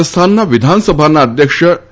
રાજસ્થાનના વિધાનસભાના અધ્યક્ષ ડો